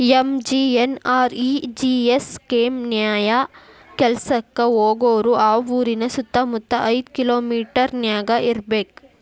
MGNREGS scheme ನ್ಯಾಯ ಕೆಲ್ಸಕ್ಕ ಹೋಗೋರು ಆ ಊರಿನ ಸುತ್ತಮುತ್ತ ಐದ್ ಕಿಲೋಮಿಟರನ್ಯಾಗ ಇರ್ಬೆಕ್